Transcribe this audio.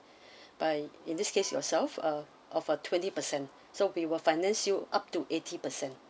by in this case yourself ah of a twenty percent so we will finance you up to eighty percent